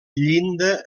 llinda